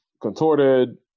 contorted